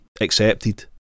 accepted